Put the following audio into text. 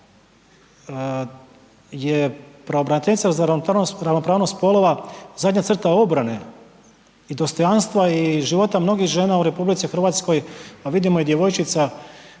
je pravobraniteljica za ravnopravnost spolova zadnja crta obrane i dostojanstva i života mnogih žena u RH pa vidimo i djevojčica